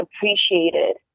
appreciated